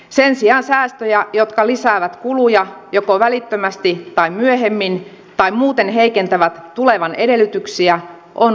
sen sijaan säästöjä jotka lisäävät kuluja joko välittömästi tai myöhemmin tai muuten heikentävät tulevan edellytyksiä on runsaasti